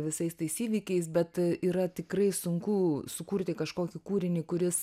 visais tais įvykiais bet yra tikrai sunku sukurti kažkokį kūrinį kuris